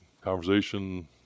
conversation